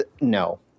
no